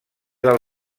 del